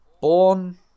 Born